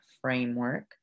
framework